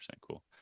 cool